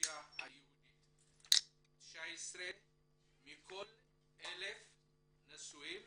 באוכלוסייה היהודית; 19 מכל 1000 נשואים,